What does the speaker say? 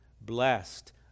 Blessed